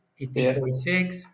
1846